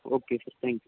okay sir thank you